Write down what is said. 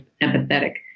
empathetic